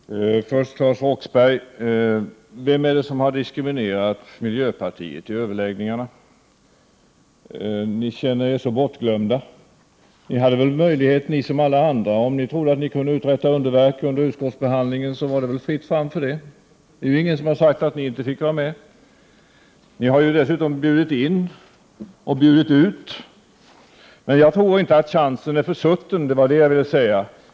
Herr talman! Först till Claes Roxbergh: Vem är det som har diskriminerat miljöpartiet i överläggningarna? Ni känner er så bortglömda, men ni hade väl möjlighet ni som alla andra. Om ni trodde att ni kunde uträtta underverk under utskottsbehandlingen, så var det väl fritt fram för det. Ingen har sagt att ni inte fick vara med — ni har ju dessutom bjudit in och bjudit ut. Jag tror inte att chansen är försutten — det var det jag ville säga.